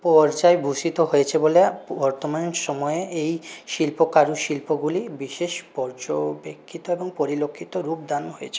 পর্যায়ে ভূষিত হয়েছে বলে বর্তমান সময়ে এই শিল্প কারু শিল্পগুলি বিশেষ পর্যবেক্ষিত এবং পরিলক্ষিত রূপদান হয়েছে